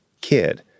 kid